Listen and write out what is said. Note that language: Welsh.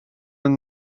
yng